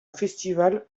festival